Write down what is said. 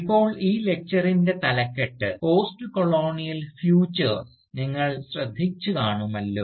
ഇപ്പോൾ ഈ ലക്ചറിൻറെ തലക്കെട്ട് പോസ്റ്റ്കൊളോണിയൽ ഫ്യൂച്ചേഴ്സ് നിങ്ങൾ ശ്രദ്ധിച്ചു കാണുമല്ലോ